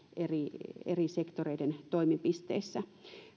eri eri sektoreiden toimipisteissä